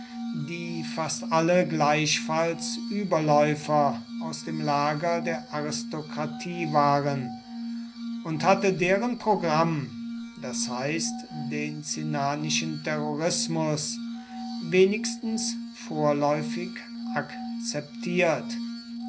die fast alle gleichfalls überläufer aus dem lager der aristokratie waren und hatte deren programm das heißt den cinnanischen terrorismus wenigstens vorläufig akzeptiert